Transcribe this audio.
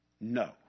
No